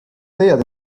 leiad